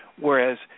whereas